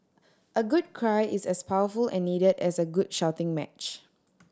a good cry is as powerful and needed as a good shouting match